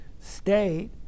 state